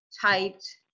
typed